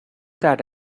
that